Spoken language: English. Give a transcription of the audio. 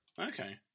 Okay